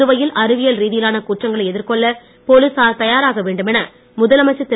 புதுவையில் அறிவியல் ரீதியிலான குற்றங்களை எதிர்கொள்ள போலீசார் தயாராக வேண்டுமென முதலமைச்சர் திரு